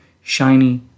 shiny